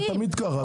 זה תמיד ככה.